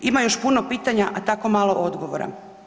Ima još puno pitanja, a tako malo odgovora.